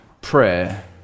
prayer